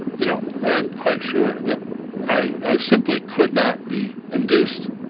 you know, i am quite sure that i simply could not be induced,